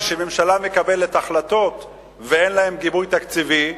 כשממשלה מקבלת החלטות ואין להן גיבוי תקציבי,